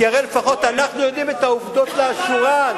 כי הרי לפחות אנחנו יודעים את העובדות לאשורן.